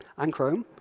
and chrome.